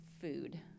food